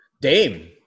Dame